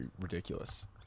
ridiculous